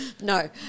No